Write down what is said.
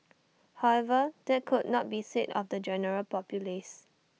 however that could not be said of the general populace